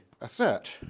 assert